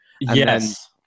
Yes